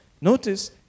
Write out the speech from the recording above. Notice